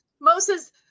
Moses